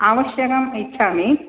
आवश्यकम् इच्छामि